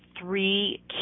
three